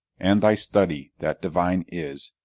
and thy study, that divine is,